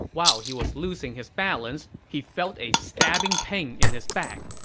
while he was losing his balance, he felt a stabbing pain in his back,